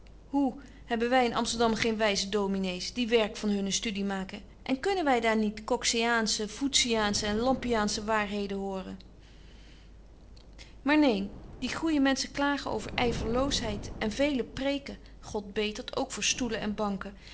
hoe hebben wy in amsterdam dan geen wyze dominéés die werk van hunne studie maken en kunnen wy daar niet kokseaansche voetsiaansche en lampiaansche waarheden horen maar neen die goeije menschen klagen over yverloosheid en velen preken god betert ook voor stoelen en banken